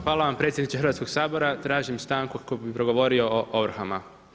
Hvala vam predsjedniče Hrvatskoga sabora, tražim stanku kako bih progovorio o ovrhama.